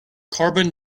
carbon